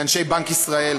לאנשי בנק ישראל.